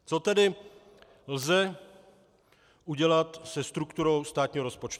Co tedy lze udělat se strukturou státního rozpočtu?